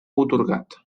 atorgat